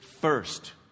first